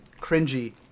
cringy